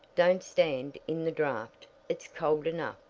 don't stand in the draft. it's cold enough.